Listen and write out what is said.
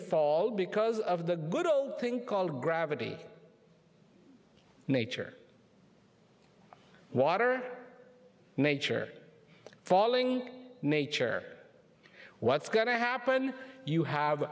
fall because of the good old thing called gravity nature water nature falling nature what's going to happen you have